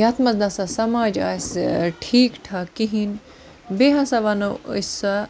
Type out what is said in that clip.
یَتھ منٛز نسا سَماج آسہِ ٹھیٖک ٹھاک کِہیٖنٛۍ بیٚیہِ ہسا وَنو أسۍ سۄ